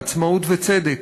עצמאות וצדק,